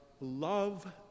love